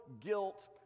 guilt